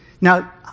Now